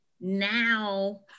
now